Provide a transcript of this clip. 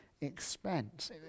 expense